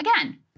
again